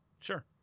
Sure